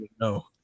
No